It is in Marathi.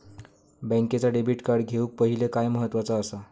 बँकेचा डेबिट कार्ड घेउक पाहिले काय महत्वाचा असा?